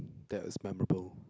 that is memorable